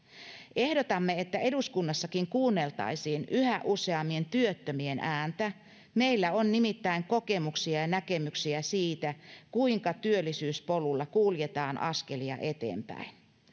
ehdotamme että eduskunnassakin kuunneltaisiin yhä useammin työttömien ääntä meillä on nimittäin kokemuksia ja näkemyksiä siitä kuinka työllisyyspolulla kuljetaan askelia eteenpäin